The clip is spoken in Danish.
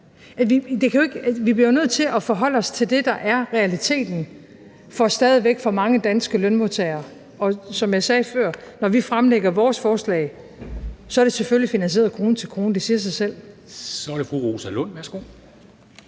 Vi bliver jo nødt til at forholde os til det, der er realiteten for stadig væk for mange danske lønmodtagere. Som jeg sagde før: Når vi fremsætter vores forslag, er det selvfølgelig finansieret krone til krone. Det siger sig selv. Kl. 23:35 Formanden